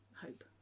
hope